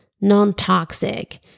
non-toxic